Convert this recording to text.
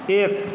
एक